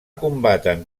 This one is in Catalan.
combaten